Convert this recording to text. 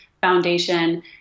foundation